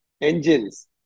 engines